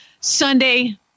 Sunday